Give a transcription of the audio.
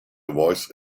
voice